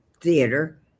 theater